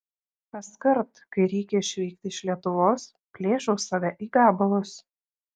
kaskart kai reikia išvykti iš lietuvos plėšau save į gabalus